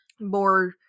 more